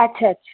अच्छा अच्छ